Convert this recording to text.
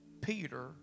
Peter